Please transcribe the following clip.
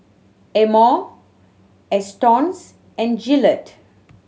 Amore Astons and Gillette